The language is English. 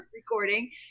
recording